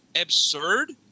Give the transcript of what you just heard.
absurd